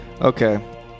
Okay